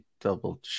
double